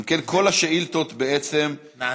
אם כן, כל השאילתות, בעצם, נענו.